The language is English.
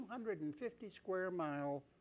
250-square-mile